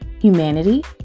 humanity